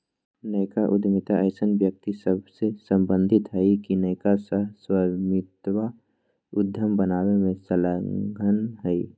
नयका उद्यमिता अइसन्न व्यक्ति सभसे सम्बंधित हइ के नयका सह स्वामित्व उद्यम बनाबे में संलग्न हइ